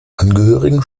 angehörigen